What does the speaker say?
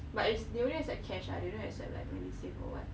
but they they only accept cash ah they don't accept like medicine or what